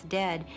dead